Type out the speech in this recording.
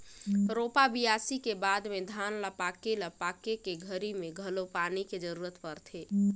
रोपा, बियासी के बाद में धान ल पाके ल पाके के घरी मे घलो पानी के जरूरत परथे